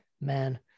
man